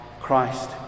Christ